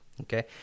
okay